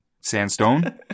Sandstone